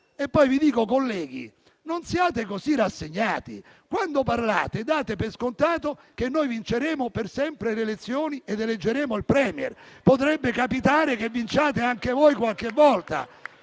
inoltre i colleghi a non essere così rassegnati: quando parlate, date per scontato che noi vinceremo per sempre le elezioni ed eleggeremo il *Premier.* Potrebbe capitare che vinciate anche voi qualche volta,